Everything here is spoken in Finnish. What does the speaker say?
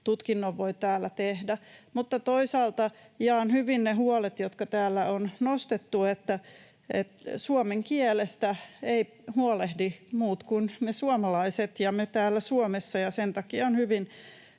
tutkinnon voi täällä tehdä. Mutta toisaalta jaan hyvin ne huolet, jotka täällä on nostettu, että suomen kielestä eivät huolehdi muut kuin me suomalaiset ja me täällä Suomessa, ja sen takia on hyvä,